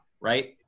Right